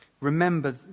Remember